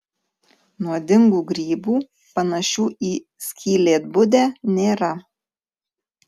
nuodingų grybų panašių į skylėtbudę nėra